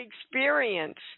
experience